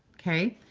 ok.